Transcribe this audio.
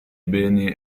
beni